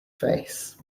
face